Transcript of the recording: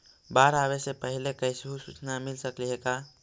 बाढ़ आवे से पहले कैसहु सुचना मिल सकले हे का?